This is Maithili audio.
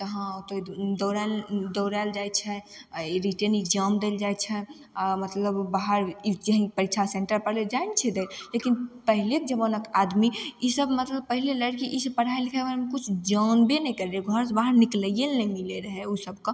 तऽ हँ ओतऽ दौड़ाय दौड़ायल जाइ छै आओर ई रिटेन एक्जाम दै लए जाइ छै आओर मतलब बाहर एक्जाम परीक्षा सेंटरपर जाइ नहि छै दै लए लेकिन पहिलेके जमानाके आदमी ई सब मतलब पहिले लड़की ई सब पढ़ाइ लिखाइके बारेमे किछु जानबे नहि करय रहय घरसँ बाहर निकलयके नहि मिलय रहय उसब कऽ